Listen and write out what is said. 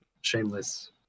shameless